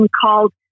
called